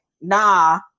nah